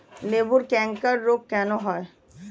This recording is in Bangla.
লেবুর ক্যাংকার রোগ কেন হয়?